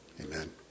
Amen